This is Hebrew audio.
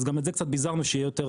אז גם את זה קצת ביזרנו כדי שיהיה יותר